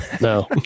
No